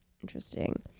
Interesting